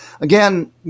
again